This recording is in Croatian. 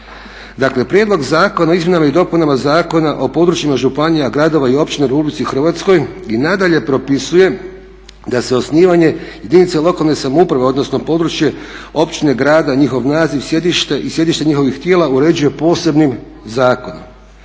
Dakle, prijedlog Zakona o izmjenama i dopunama Zakona o područjima županija, gradova i općina u RH i nadalje propisuje da se osnivanje jedinice lokalne samouprave, odnosno područje općine, grada, njihov naziv, sjedište i sjedište njihovih tijela uređuje posebnim zakonom.